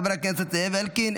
חבר הכנסת זאב אלקין,